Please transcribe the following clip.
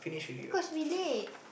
because we late